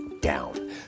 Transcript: down